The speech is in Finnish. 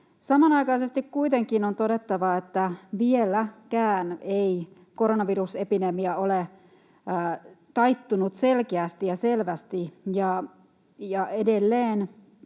Samanaikaisesti kuitenkin on todettava, että vieläkään ei koronavirusepidemia ole taittunut selkeästi ja selvästi.